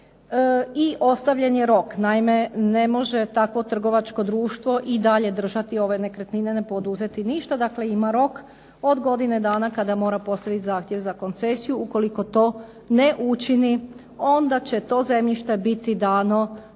i ostavljen je rok. Naime, ne može takvo trgovačko društvo i dalje držati ove nekretnine, ne poduzeti ništa. Dakle, ima rok od godine dana kada mora postaviti zahtjev za koncesiju. Ukoliko to ne učini onda će to zemljište biti dano